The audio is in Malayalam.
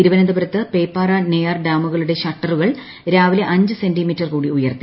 തിരുവനന്തപുരത്ത് പേപ്പാറ നെയ്യാർ ഡാമുകളുടെ ഷട്ടറുകൾ രാവിലെ അഞ്ച് സെന്റീമീറ്റർ കൂടി ഉയർത്തി